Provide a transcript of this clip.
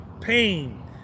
pain